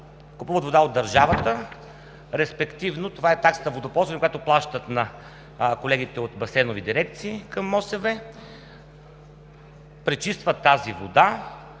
Купуват вода от държавата, респективно това е таксата за водоползване, която плащат на колегите от Басейнова дирекция към МОСВ, пречистват тази вода,